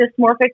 dysmorphic